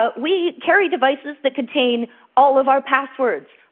but we carry devices that contain all of our passwords,